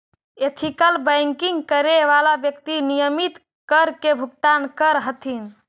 ethical banking करे वाला व्यक्ति नियमित कर के भुगतान करऽ हथिन